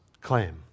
claim